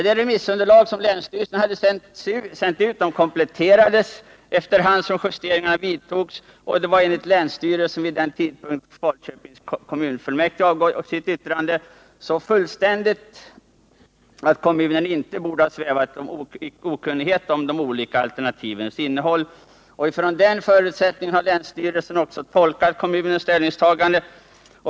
Det remissunderlag som länsstyrelsen sänt ut kompletterades efter hand som justeringarna vidtogs, och det var enligt länsstyrelsen vid den tidpunkt då Falköpings kommunfullmäktige avgav sitt yttrande så fullständigt att kommunen inte borde ha svävat i okunnighet om de olika alternativens innehåll. Utifrån den förutsättningen har länsstyrelsen också tolkat kommunens ställningstagande.